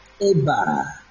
Eba